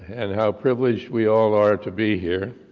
and how privileged we all are to be here.